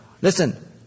Listen